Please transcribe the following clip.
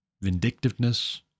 vindictiveness